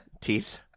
Teeth